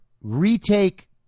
retake